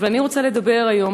ואני רוצה לדבר היום,